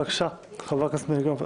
בבקשה, חברת הכנסת מלינובסקי.